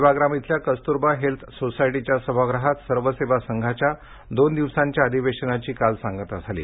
सेवाग्राम इथल्या कस्तुरबा हेल्थ सोसायटीच्या सभागृहात सर्व सेवा संघाच्या दोन दिवसांच्या अधिवेशनाची काल सांगता झाली